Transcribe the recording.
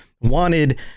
wanted